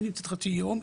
נמצאת חצי יום,